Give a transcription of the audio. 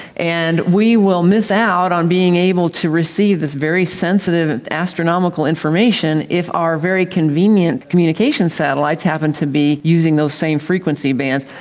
and we will miss out on being able to receive this very sensitive astronomical information if our very convenient communication satellites happen to be using those same frequency bands.